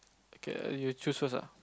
okay you choose first ah